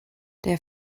der